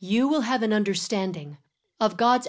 you will have an understanding of god's